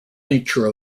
nature